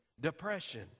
depression